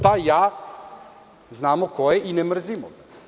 Taj ja znamo ko je i ne mrzimo ga.